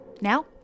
Now